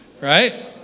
right